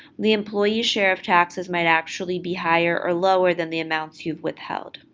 the employee's share of taxes might actually be higher or lower than the amounts you've withheld.